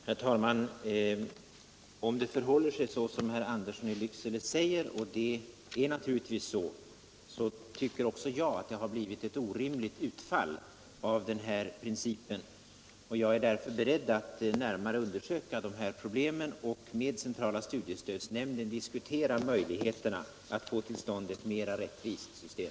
Herr talman! Om det förhåller sig så som herr Andersson i Lycksele säger, och det gör det naturligtvis, så tycker också jag att det har blivit ett orimligt utfall av den här principen. Jag är därför beredd att närmare undersöka dessa problem och med centrala studiestödsnämnden diskutera möjligheterna att få till stånd ett mera rättvist system.